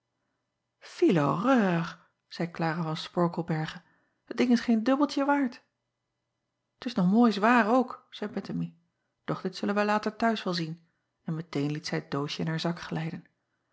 zeî lara van porkelberghe t ding is geen dubbeltje waard t s nog mooi zwaar ook zeî ettemie doch dit zullen wij later t huis wel zien en meteen liet zij het doosje in haar zak glijden